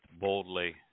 boldly